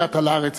הגעת לארץ,